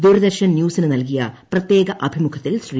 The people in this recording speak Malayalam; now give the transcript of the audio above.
ദൂരദർശൻ ന്യൂസിന് നൽകിയ പ്രത്യേക അഭിമുഖത്തിൽ ശ്രീ